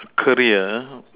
career ah